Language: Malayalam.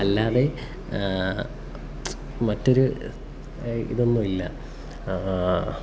അല്ലാതെ മറ്റൊരു ഇതൊന്നുമില്ല